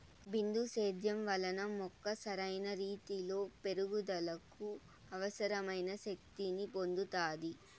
బిందు సేద్యం వలన మొక్క సరైన రీతీలో పెరుగుదలకు అవసరమైన శక్తి ని పొందుతాది